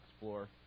explore